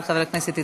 חברי חברי הכנסת,